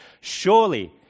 surely